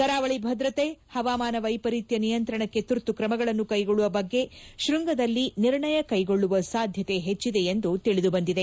ಕರಾವಳಿ ಭದ್ರತೆ ಪವಾಮಾನ ವೈಪರೀತ್ಯ ನಿಯಂತ್ರಣಕ್ಕೆ ತುರ್ತು ಕ್ರಮಗಳನ್ನು ಕೈಗೊಳ್ಳುವ ಬಗ್ಗೆ ಶೃಂಗದಲ್ಲಿ ನಿರ್ಣಯ ಕೈಗೊಳ್ಳುವ ಸಾಧ್ಯತೆ ಹೆಚ್ಚಿದೆ ಎಂದು ತಿಳಿದುಬಂದಿದೆ